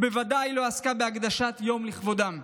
ובוודאי לא עסקה בהקדשת יום לכבודם.